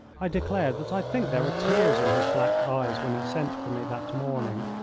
i declare that i think there were tears in his black eyes when he sent for me that morning.